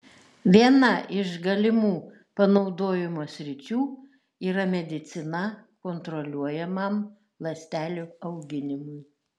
viena iš galimų panaudojimo sričių yra medicina kontroliuojamam ląstelių auginimui